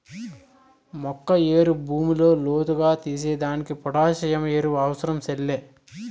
మొక్క ఏరు భూమిలో లోతుగా తీసేదానికి పొటాసియం ఎరువు అవసరం సెల్లే